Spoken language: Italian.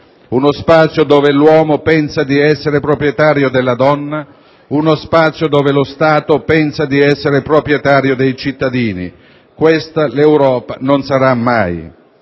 uno spazio dove l'uomo pensa di essere proprietario della donna, uno spazio dove lo Stato pensa di essere proprietario dei cittadini. Questo l'Europa non lo sarà mai.